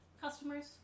customers